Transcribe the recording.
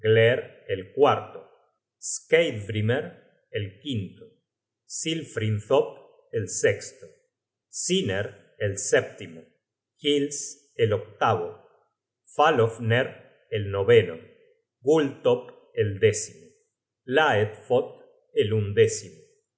el cuarto skeidbrimer el quinto silfrinthop el sesto siner el sétimo gils el octavo falhofner el noveno gultopp el décimo laettfot el undécimo